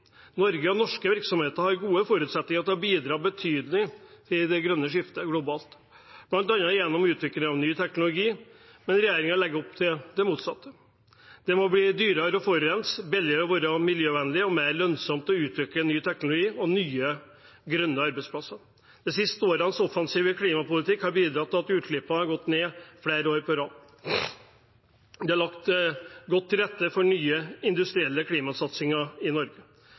Norge og norske virksomheter har gode forutsetninger for å bidra betydelig til det grønne skiftet globalt, bl.a. gjennom utvikling av ny teknologi, men regjeringen legger opp til det motsatte. Det må bli dyrere å forurense, billigere å være miljøvennlig og mer lønnsomt å utvikle ny teknologi og nye grønne arbeidsplasser. De siste årenes offensive klimapolitikk har bidratt til at utslippene har gått ned flere år på rad. Det er lagt godt til rette for nye industrielle klimasatsinger i Norge.